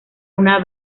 una